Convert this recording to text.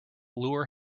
lure